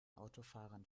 autofahrern